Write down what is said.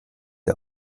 der